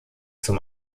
zum